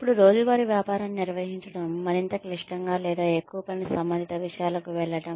ఇప్పుడు రోజువారీ వ్యాపారాన్ని నిర్వహించడం మరింత క్లిష్టంగా లేదా ఎక్కువ పని సంబంధిత విషయాలకు వెళ్లడం